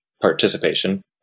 participation